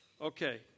Okay